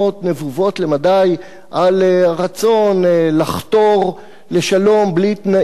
נבובות למדי על הרצון לחתור לשלום בלי תנאים